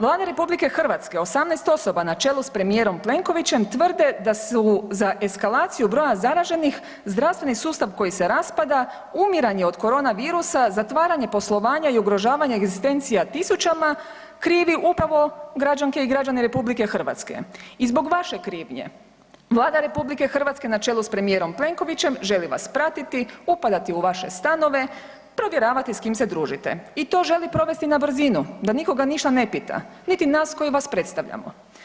Vladi RH s 18 osoba na čelu s premijerom Plenkovićem tvrde da su za eskalaciju broja zaraženih zdravstveni sustav koji se raspada umiranje od korona virusa, zatvaranje poslovanja i ugrožavanja egzistencija tisućama krivi upravo građanke i građane RH i zbog vaše krivnje, Vlada RH na čelu sa premijerom Plenkovićem želi vas pratiti, upadati u vaše stanove, provjeravati s kim se družite i to želi provesti na brzinu da nikoga ništa ne pita niti nas koji vas predstavljamo.